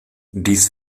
dies